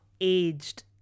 aged